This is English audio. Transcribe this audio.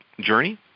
journey